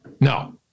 No